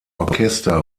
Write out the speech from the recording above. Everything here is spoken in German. orchester